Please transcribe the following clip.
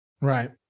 Right